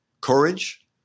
courage